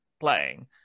Playing